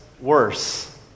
worse